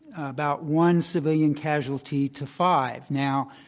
about one civilian casualty to five. now,